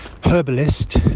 herbalist